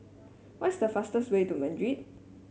what is the fastest way to Madrid